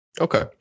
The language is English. Okay